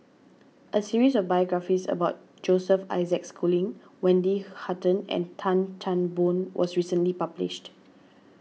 a series of biographies about Joseph Isaac Schooling Wendy Hutton and Tan Chan Boon was recently published